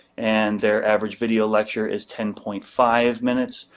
and their average video lecture is ten point five minutes.